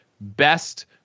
best